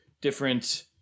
different